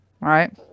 right